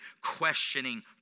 questioning